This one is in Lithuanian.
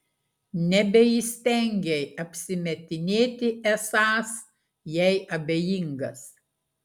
nebeįstengei apsimetinėti esąs jai abejingas